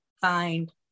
find